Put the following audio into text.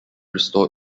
restored